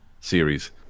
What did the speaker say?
series